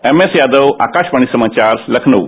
MS Yadav Akashvani समाचार लखनऊ